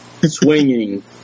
swinging